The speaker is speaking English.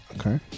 Okay